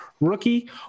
rookie